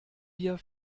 wir